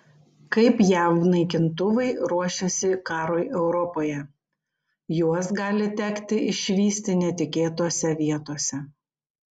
kaip jav naikintuvai ruošiasi karui europoje juos gali tekti išvysti netikėtose vietose